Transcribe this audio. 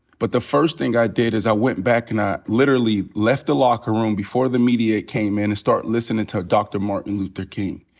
but the first thing i did is i went back and i literally left the locker room before the media came in, and start listenin' to to dr. martin luther king.